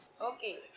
Okay